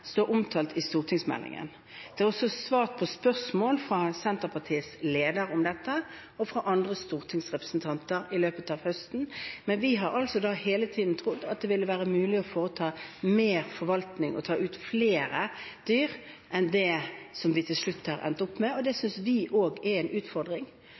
er også svar på spørsmål fra Senterpartiets leder og fra andre stortingsrepresentanter om dette i løpet av høsten. Men vi har hele tiden trodd at det ville være mulig å foreta mer forvaltning og ta ut flere dyr enn det som vi til slutt har endt opp med. Det synes vi også er en utfordring.